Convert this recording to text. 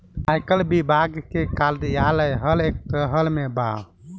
आयकर विभाग के कार्यालय हर एक शहर में बा